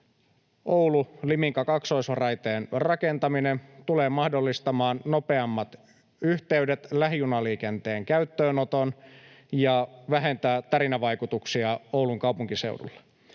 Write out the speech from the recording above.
Oulu—Liminka-kaksoisraiteen rakentaminen tulee mahdollistamaan nopeammat yhteydet, lähijunaliikenteen käyttöönoton ja vähentämään tärinävaikutuksia Oulun kaupunkiseudulla.